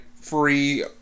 free